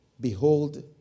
behold